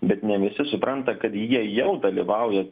bet ne visi supranta kad jie jau dalyvauja